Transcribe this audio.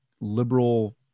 liberal